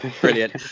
brilliant